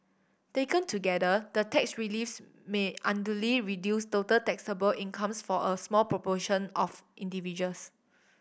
taken together the tax reliefs may unduly reduce total taxable incomes for a small proportion of individuals